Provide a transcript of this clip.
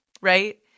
Right